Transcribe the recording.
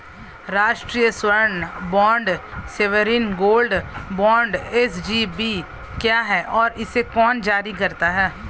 राष्ट्रिक स्वर्ण bond sovereign gold bond SGB क्या है और इसे कौन जारी करता है?